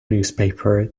newspaper